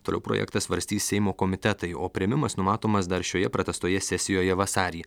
toliau projektą svarstys seimo komitetai o priėmimas numatomas dar šioje pratęstoje sesijoje vasarį